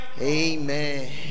amen